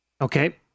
Okay